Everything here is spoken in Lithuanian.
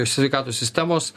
sveikatos sistemos